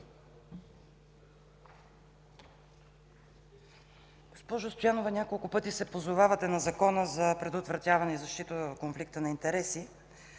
Госпожо Стоянова, няколко пъти се позовавате на Закона за предотвратяване и установяване на конфликт на интереси.